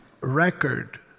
record